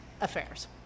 affairs